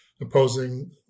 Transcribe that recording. opposing